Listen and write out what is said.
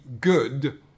good